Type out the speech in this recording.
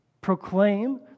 proclaim